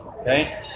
okay